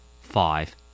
five